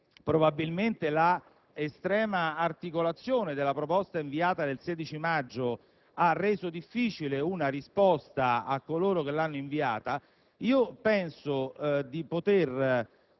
probabilmente l'estrema articolazione della proposta inviata il 16 maggio ha reso difficile fornire una risposta a coloro che l'hanno inviata, penso di poter